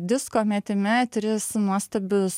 disko metime tris nuostabius